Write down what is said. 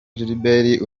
gilbert